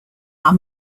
are